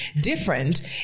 different